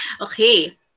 Okay